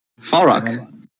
Falrock